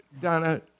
Donna